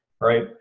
Right